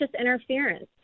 interference